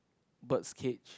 bird's cage